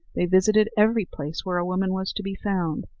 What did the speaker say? they visited every place where a woman was to be found,